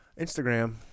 Instagram